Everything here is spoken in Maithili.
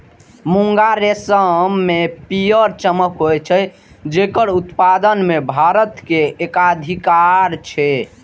मूंगा रेशम मे पीयर चमक होइ छै, जेकर उत्पादन मे भारत के एकाधिकार छै